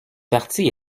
partie